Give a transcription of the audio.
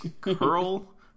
Curl